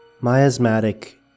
miasmatic